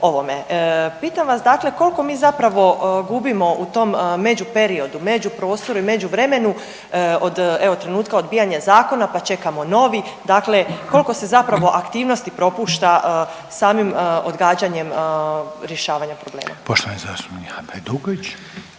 Pitam vas dakle kolko mi zapravo gubimo u tom među periodu, među prostoru i među vremenu od evo trenutka odbijanja zakona, pa čekamo novi, dakle kolko se zapravo aktivnosti propušta samim odgađanjem rješavanja problema? **Reiner, Željko